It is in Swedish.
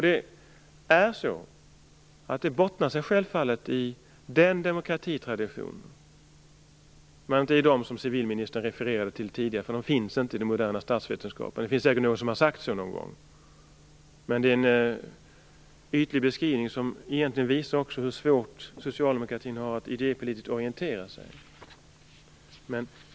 Det bottnar självfallet i den demokratitraditionen men inte i dem som civilministern refererade till tidigare, för de finns inte i den moderna statsvetenskapen. Det finns säkert någon som har sagt så någon gång, men det är en ytlig beskrivning som egentligen visar hur svårt socialdemokratin har att idépolitiskt orientera sig.